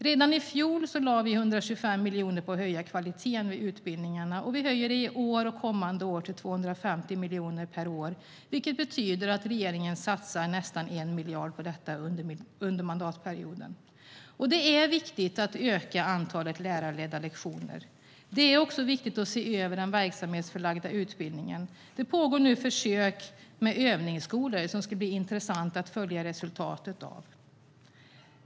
Redan i fjol lade vi 125 miljoner på att höja kvaliteten i utbildningarna, och vi höjer i år och kommande år till 250 miljoner per år, vilket betyder att regeringen satsar nästan 1 miljard under mandatperioden. Det är viktigt att öka antalet lärarledda lektioner. Det är också viktigt att se över den verksamhetsförlagda utbildningen. Det pågår nu försök med övningsskolor som det ska bli intressant att följa resultatet av.